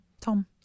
Tom